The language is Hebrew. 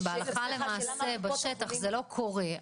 בהלכה למעשה בשטח זה לא קורה,